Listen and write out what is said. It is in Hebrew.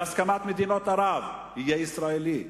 בהסכמת מדינות ערב יהיה ישראלי.